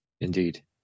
Indeed